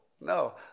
no